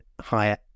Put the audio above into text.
higher